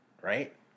right